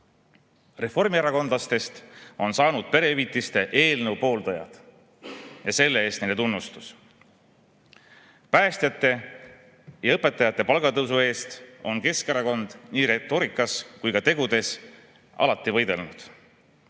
Reformierakondlastest on saanud perehüvitiste eelnõu pooldajad ja selle eest neile tunnustus. Päästjate ja õpetajate palgatõusu eest on Keskerakond nii retoorikas kui ka tegudes alati võidelnud.